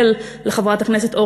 לחברת הכנסת גילה גמליאל,